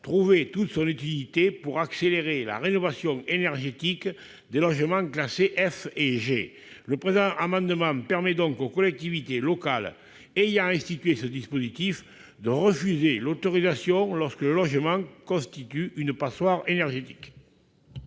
trouver toute son utilité pour accélérer la rénovation énergétique des logements classés F et G. Le présent amendement vise donc à permettre aux collectivités locales ayant institué ce dispositif de refuser l'autorisation lorsque le logement constitue une passoire énergétique.